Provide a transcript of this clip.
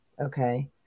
Okay